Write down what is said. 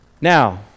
Now